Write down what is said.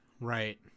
Right